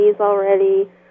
already